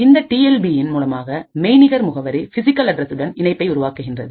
இந்த T L B இன் மூலமாக மெய்நிகர் முகவரி பிசிகல் அட்ரஸ்சுடன் இணைப்பை உருவாக்குகின்றது